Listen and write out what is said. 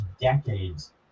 decades